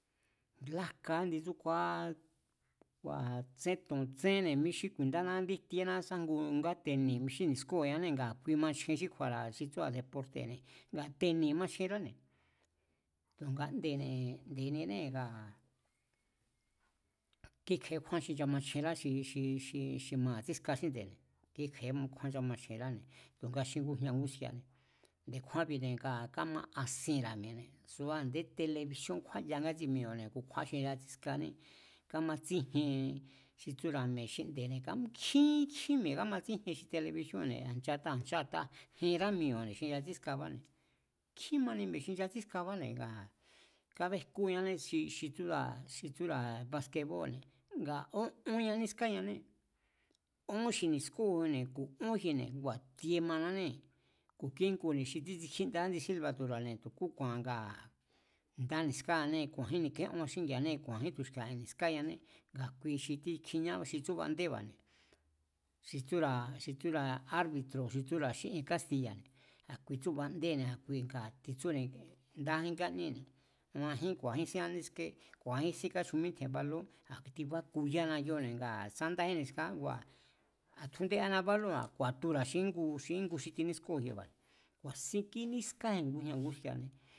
Lájka índi ndsúkuaá kua̱ tsen to̱n tsenne̱ mi xí ku̱i̱ndána índí jtíéná sá ngu ngá teni̱ mi xí ni̱skóo̱ñanée̱ ngaa̱ kui machjen xí kju̱a̱ra̱ xi tsúra̱ deporte̱ne̱ nga teni̱ machjenráne̱. Tu̱nga nde̱ne̱, ndeninée̱ ngaa̱ kíkje̱é kjúán xi nchamachjenrá xí, xi, xi mara̱ tsíska xínde̱ne̱, kíke̱é kju̱a̱n nchamachjenráne̱, tu̱nga xi ngujña̱ nguski̱a̱ne̱. Nde̱kjúánbine̱ ngaa̱ káma asienra̱ mi̱e̱ne̱ subá a̱ndé telebisíón kjúáya ngátsi mi̱e̱ba̱ne̱ kukjúán xi nchatsískané, kámatsíjien xi tsúra̱ mi̱e̱ xinde̱ne̱, nga nkjín, nkjín mi̱e̱ kámatsíjien xi telebisíónba̱ne̱ a̱ nchata a̱ nchata jenrá mi̱e̱ba̱ne̱ xi nchatsískabáne̱, nkjín mani mi̱e̱ xi nchatsískábáne̱ ngaa̱ kábejkúñane xi tsúra̱, xi tsúra̱ baskebóo̱lne̱ nga ón ónña nískañané, ón xi nískóo̱jine̱ ku̱ ón jine̱ kua̱ tie mananée̱ ku̱ kíngune̱ xi títsikjíndá índi sílbatu̱ra̱ tu̱kúku̱a̱n ngaa̱ ndá ni̱skañané, ku̱a̱njín ni̱ke'onña xíngi̱a̱ané, ku̱a̱njín tu̱xki̱e̱a̱ ni̱skáñané, nga kui xi tsúbandéba̱ne̱ xi tsúra̱, xi tsúra̱ árbi̱tro̱ xi ien kástiya̱ne̱, a̱ kui tsúbandéne̱ a̱ kui tsúne̱, ndájín káñíne̱, majín ku̱a̱jínsín káníské, ku̱a̱jínsín káchjumítje̱n balón. A̱ kui tibakuyána kíóo̱ne̱ ngaa̱ sá ndájín ni̱skáá ngua̱ a̱ tjundéana bálónba̱ ku̱a̱tura̱ xi íngu, xi íngu xi tinískóo̱jiba̱ne̱. Ku̱a̱sin kínískájin xi ngujña̱ nguski̱a̱ne̱